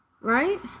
right